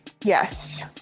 yes